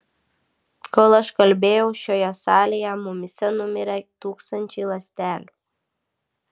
kol aš kalbėjau šioje salėje mumyse numirė tūkstančiai ląstelių